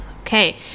okay